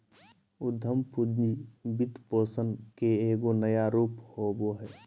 उद्यम पूंजी वित्तपोषण के एगो नया रूप होबा हइ